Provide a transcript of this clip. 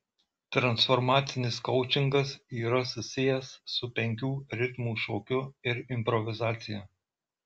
transformacinis koučingas yra susijęs su penkių ritmų šokiu ir improvizacija